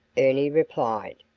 ernie replied.